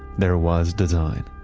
there was design.